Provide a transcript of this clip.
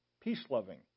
peace-loving